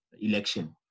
election